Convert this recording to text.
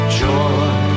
joy